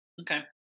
Okay